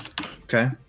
Okay